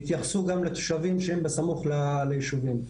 יתייחסו גם לתושבים שהם בסמוך ליישובים.